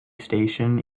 station